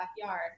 backyard